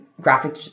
graphic